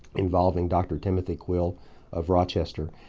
involving dr. timothy quill of rochester.